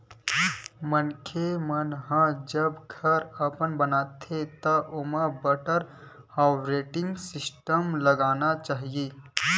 मनखे मन ह जब घर अपन बनाथे त ओमा वाटर हारवेस्टिंग सिस्टम लगाना चाही